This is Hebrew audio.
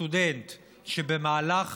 סטודנט שבמהלך